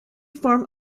form